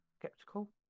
Skeptical